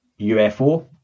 UFO